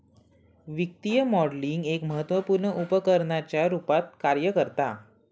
वित्तीय मॉडलिंग एक महत्त्वपुर्ण उपकरणाच्या रुपात कार्य करता